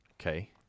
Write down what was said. Okay